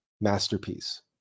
masterpiece